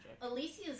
Alicia's